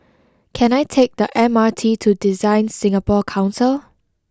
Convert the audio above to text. can I take the M R T to DesignSingapore Council